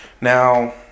Now